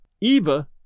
Eva